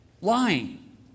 Lying